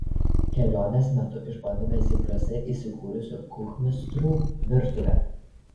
kelionės metu išbandėme zypliuose įsikūrusių kuchmistrų virtuvę